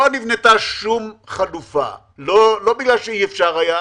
לא נבנתה שום חלופה, ולא בגלל שאי-אפשר היה.